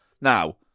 now